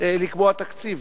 לקבוע תקציב.